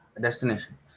destination